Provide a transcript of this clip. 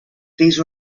these